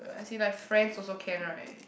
uh as in like friends also can right